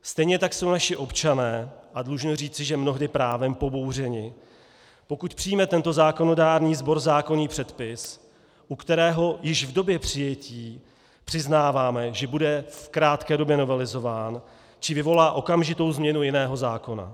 Stejně tak jsou naši občané, a dlužno říci, že mnohdy právem, pobouřeni, pokud přijme tento zákonodárný sbor zákonný předpis, u kterého už v době jeho přijetí přiznáváme, že bude v krátké době novelizován, či vyvolá okamžitou změnu jiného zákona.